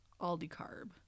aldicarb